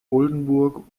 oldenburg